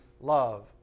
love